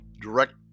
direct